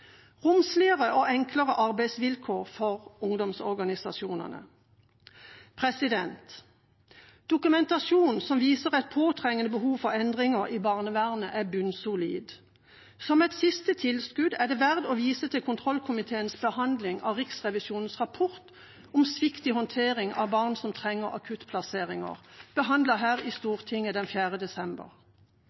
romsligere og enklere arbeidsvilkår for ungdomsorganisasjonene Dokumentasjonen som viser et påtrengende behov for endringer i barnevernet, er bunnsolid. Som et siste tilskudd er det verdt å vise til kontrollkomiteens behandling av Riksrevisjonens rapport om svikt i håndteringen av barn som trenger akuttplassering, behandlet her i Stortinget den 4. desember.